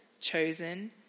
chosen